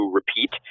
repeat